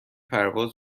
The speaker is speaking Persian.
پرواز